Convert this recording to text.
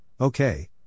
Okay